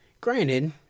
granted